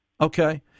Okay